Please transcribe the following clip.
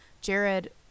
Jared